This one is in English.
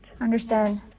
Understand